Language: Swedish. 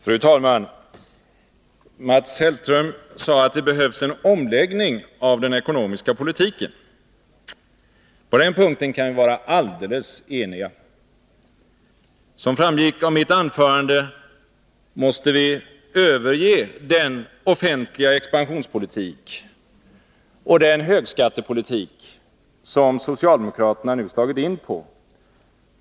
Fru talman! Mats Hellström sade att det behövs en omläggning av den ekonomiska politiken. På den punkten kan vi vara alldeles eniga. Som framgick av mitt anförande måste vi överge den offentliga expansionspolitik och den högskattepolitik som socialdemokraterna nu slagit in på.